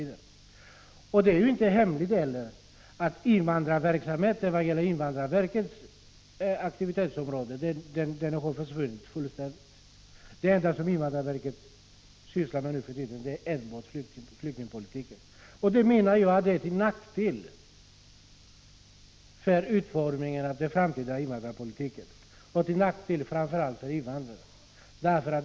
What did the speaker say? Det är ingen hemlighet att aktiviteten inom invandrarverkets verksamhetsområde fullständigt har försvunnit. Det enda som invandrarverket sysslar med nu för tiden är flyktingpolitik. Det är enligt min mening till nackdel för utformningen av den framtida invandrarpolitiken och till nackdel framför allt för invandrarna.